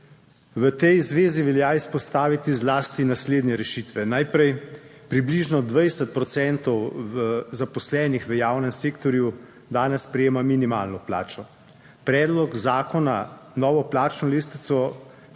V tej zvezi velja izpostaviti zlasti naslednje rešitve. Najprej. Približno 20 procentov zaposlenih v javnem sektorju danes prejema minimalno plačo. Predlog zakona, novo plačno lestvico,